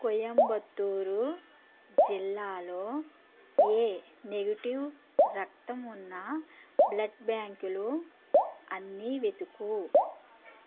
కొయంబత్తూరు జిల్లాలో A negative రక్తం ఉన్న బ్లడ్ బ్యాంకులు అన్ని వెతుకు